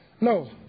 No